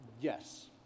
yes